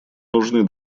нужны